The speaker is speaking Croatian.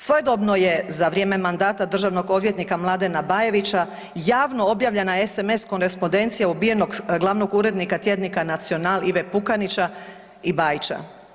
Svojedobno je za vrijeme mandata državnog odvjetnika Mladena Bajića javno objavljena sms korespondencija ubijenog glavnog urednika tjednika Nacional Ive Pukanića i Bajića.